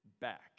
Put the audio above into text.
back